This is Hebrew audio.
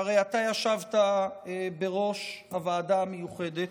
שהרי אתה ישבת בראש הוועדה המיוחדת,